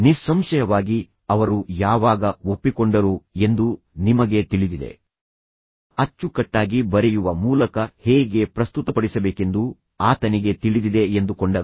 ನಿಸ್ಸಂಶಯವಾಗಿ ಅವರು ಯಾವಾಗ ಒಪ್ಪಿಕೊಂಡರು ಎಂದು ನಿಮಗೆ ತಿಳಿದಿದೆ ಅಚ್ಚುಕಟ್ಟಾಗಿ ಬರೆಯುವ ಮೂಲಕ ಹೇಗೆ ಪ್ರಸ್ತುತಪಡಿಸಬೇಕೆಂದು ಆತನಿಗೆ ತಿಳಿದಿದೆ ಎಂದುಕೊಂಡರು